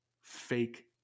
fake